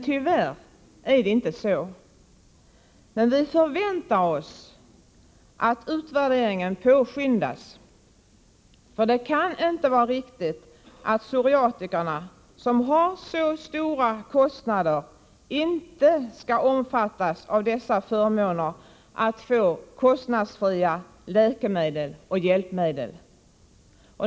Tyvärr är det inte så, men vi förväntar oss att utvärderingen påskyndas. Det kan ju inte vara riktigt att psoriatikerna, som har så stora kostnader, inte skall omfattas av förmånen att få kostnadsfria läkemedel och hjälpmedel.